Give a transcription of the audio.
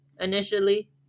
initially